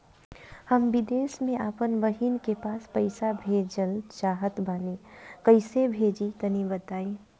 हम विदेस मे आपन बहिन के पास पईसा भेजल चाहऽ तनि कईसे भेजि तनि बताई?